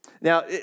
Now